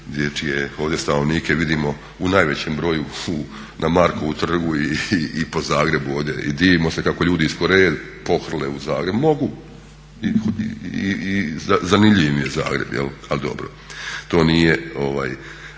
ovdje stanovnike vidimo u najvećem broju na Markovom trgu i po Zagrebu. I divimo se kako ljudi iz Koreje pohrle u Zagreb. Mogu i zanimljiv im je Zagreb. Ali dobro, to nije